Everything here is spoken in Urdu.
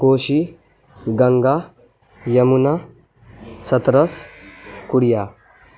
کوشی گنگا یمونہ سترس کڑیہ